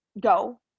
go